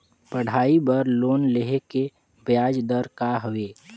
पढ़ाई बर लोन लेहे के ब्याज दर का हवे?